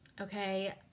Okay